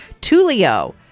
Tulio